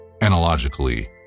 analogically